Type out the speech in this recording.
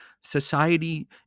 society